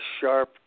sharp